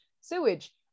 sewage